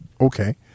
Okay